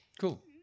Cool